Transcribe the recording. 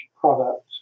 product